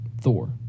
Thor